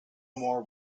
more